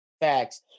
Facts